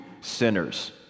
sinners